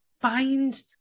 find